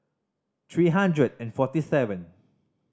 three hundred and forty seven